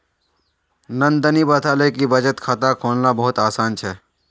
नंदनी बताले कि बचत खाता खोलना बहुत आसान छे